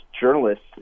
journalists